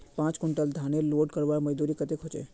पाँच कुंटल धानेर लोड करवार मजदूरी कतेक होचए?